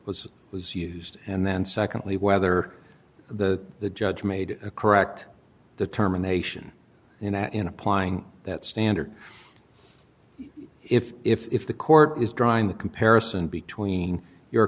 was was used and then secondly whether the judge made a correct determination you know in applying that standard if if the court is drawing the comparison between your